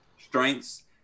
strengths